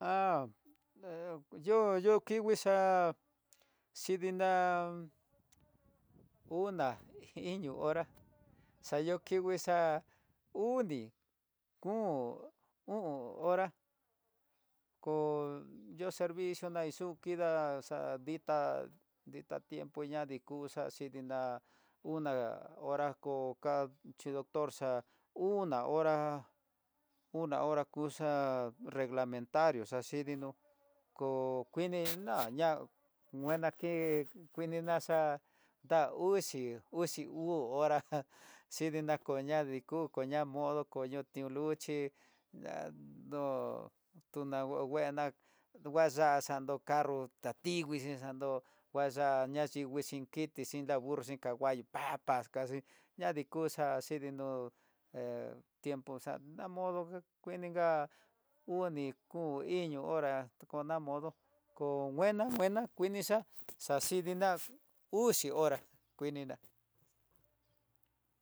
Há yo yo kikui xa'á xhidina uná iño hora, xa yo kikui xa'á uui kom, o'on hora ko yo servicio xa yo kida xá ditá tiempo ña dikuxa xhidina una hora ku ká xhindokor xa una hora una hora kuxa, reglamentario xa xhininó ko kuini ná ña nguena ki nguini naxa nda uxi uxi uu hora jajaja xnako xhidi na ko ña'a ñadii ku ña modo kuxhi ihá no'ó, nduna nguena nguaxaxando carro tati xando kuya'á nguexhi nguixhin kitxi ña burro caballo pas pas kaxi ñadii ku xa xhininó he tiempo xa'á na modo kueni nga uni ku iño hora kona modo ko nguena nguena kuinixa xaxindiná uxi hora kuininá.